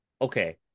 okay